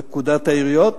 בפקודת העיריות,